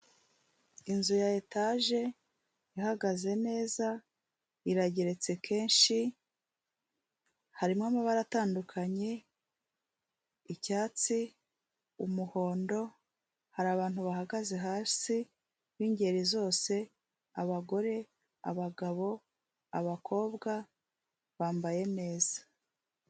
Inzu ya etaje ihagaze neza irageretse kenshi, harimo amabara atandukanye, icyatsi, umuhondo. Hari abantu bahagaze hasi b'ingeri zose, abagore, abagabo, abakobwa bambaye neza.